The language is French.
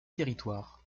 territoires